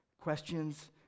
questions